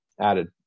added